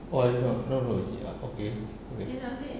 oh I don't know no no ya okay wait